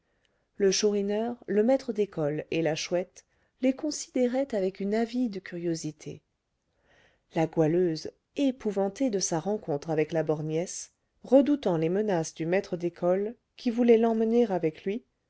le chourineur le maître d'école et la chouette les considéraient avec une avide curiosité la goualeuse épouvantée de sa rencontre avec la borgnesse redoutant les menaces du maître d'école qui voulait l'emmener avec lui